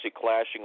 clashing